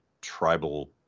tribal